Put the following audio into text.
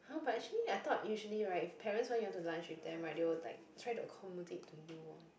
!huh! but actually I thought usually right if parents want you to lunch with them right they will like try to accommodate to you one